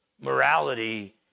morality